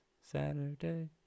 Saturday